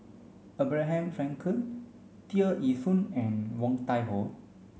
Abraham Frankel Tear Ee Soon and Woon Tai Ho